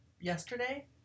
Yesterday